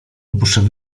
opuszczę